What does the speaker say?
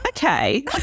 Okay